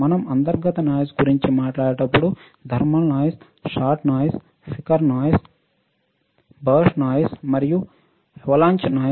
మనం అంతర్గత నాయిస్ గురించి మాట్లాడేటప్పుడు thermal noise short noise flicker noise burst noise మరియు హిమపాతం నాయిస్ అని ఉన్నాయి